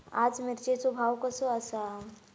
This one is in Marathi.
आज मिरचेचो भाव कसो आसा?